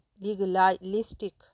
legalistic